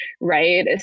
right